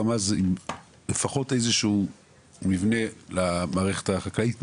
אז עם לפחות איזשהו מבנה למערכת החקלאית,